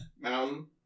mountain